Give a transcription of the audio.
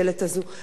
תודה רבה.